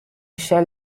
shall